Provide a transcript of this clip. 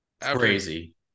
crazy